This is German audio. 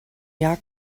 jahr